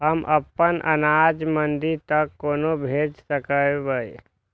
हम अपन अनाज मंडी तक कोना भेज सकबै?